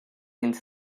into